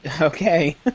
Okay